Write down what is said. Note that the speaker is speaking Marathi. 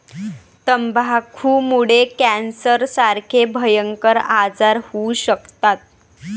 तंबाखूमुळे कॅन्सरसारखे भयंकर आजार होऊ शकतात